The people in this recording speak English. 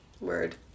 word